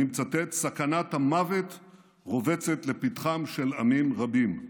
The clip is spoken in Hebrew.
אני מצטט: "סכנת המוות רובצת לפתחם של עמים רבים".